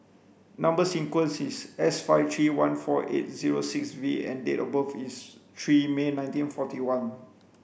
number sequence is S five three one four eight zero six V and date of birth is three May nineteen forty one